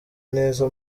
neza